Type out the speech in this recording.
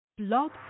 Blog